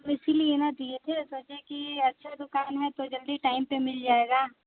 इसीलिए न दिए थे सोचे की अच्छा दुकान है तो जल्दी टाइम पे मिल जायेगा